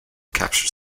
capture